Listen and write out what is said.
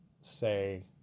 say